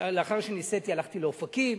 ולאחר שנישאתי הלכתי לאופקים.